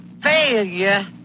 failure